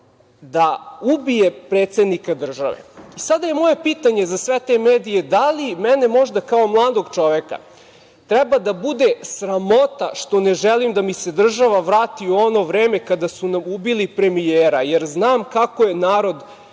da ubije predsednika države. Sada je moje pitanje za sve te medije, da li mene možda kao mladog čoveka treba da bude sramota što ne želim da mi se država vrati u ono vreme kada su nam ubili premijera, jer znam kako je narod